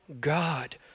God